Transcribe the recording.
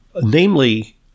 Namely